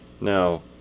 now